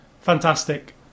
Fantastic